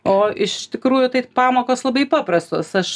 o iš tikrųjų tai pamokos labai paprastos aš